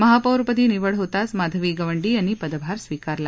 महापौरपदी निवड होताच माधवी गंवडी यांनी पदभार स्वीकारला